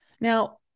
Now